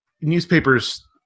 newspapers